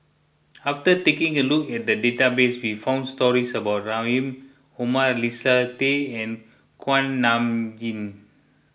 after taking a look at the database we found stories about Rahim Omar Leslie Tay and Kuak Nam Jin